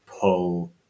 pull